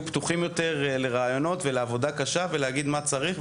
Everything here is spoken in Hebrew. פתוחים יותר לרעיונות ולעבודה קשה ולהגיד מה צריך.